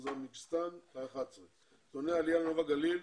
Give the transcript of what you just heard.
אוזבקיסטאן 11. נתוני העלייה נוף הגליל